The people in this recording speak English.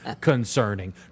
concerning